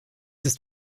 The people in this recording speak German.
ist